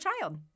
child